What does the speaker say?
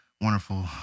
wonderful